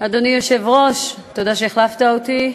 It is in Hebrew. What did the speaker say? אדוני היושב-ראש, תודה שהחלפת אותי,